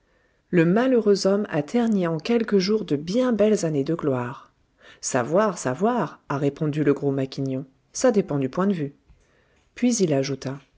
le malheureux homme a terni en quelques jours de bien belles années de gloire savoir savoir a répondu le gros maquignon ça dépend du point de vue puis il ajouta